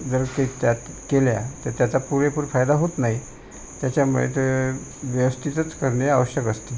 जर ते त्यात केल्या तर त्याचा पुरेपूर फायदा होत नाही त्याच्यामुळे ते व्यवस्थितच करणे आवश्यक असते